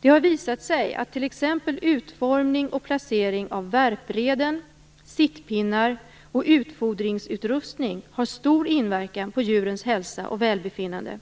Det har visat sig att t.ex. utformning och placering av värpreden, sittpinnar och utfodringsutrustning har stor inverkan på djurens hälsa och välbefinnande.